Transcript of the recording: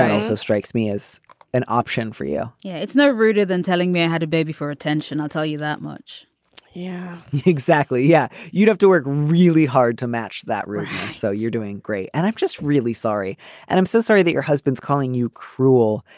also strikes me as an option for you yeah it's no ruder than telling me i had a baby for attention i'll tell you that much yeah exactly. yeah. you'd have to work really hard to match that. so you're doing great. and i'm just really sorry and i'm so sorry that your husband's calling you cruel.